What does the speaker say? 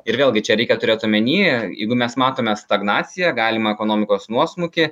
ir vėlgi čia reikia turėt omeny jeigu mes matome stagnaciją galimą ekonomikos nuosmukį